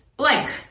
blank